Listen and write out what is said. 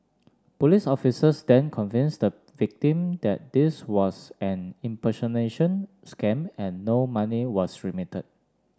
police officers then convinced the victim that this was an impersonation scam and no money was remitted